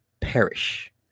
perish